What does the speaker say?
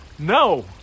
No